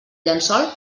llençol